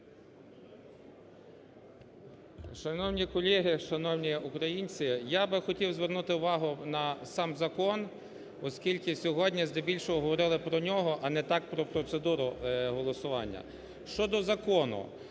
Шановні колеги, шановні українці! Я би хотів звернути увагу на сам закон, оскільки сьогодні здебільшого говорили про нього, а не так про процедуру голосування. Щодо закону.